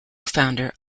founder